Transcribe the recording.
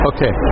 Okay